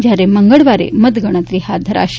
જ્યારે મંગળવારે મતગણતરી હાથ ધરાશે